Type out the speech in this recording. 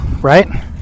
right